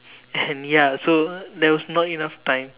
and ya so there was not enough time